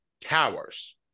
towers